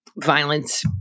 violence